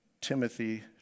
Timothy